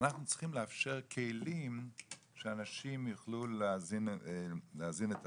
אנחנו צריכים לאפשר כלים שאנשים יוכלו להזין את עצמם,